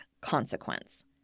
consequence